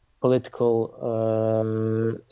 political